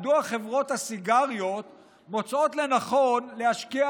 מדוע חברות הסיגריות מוצאות לנכון להשקיע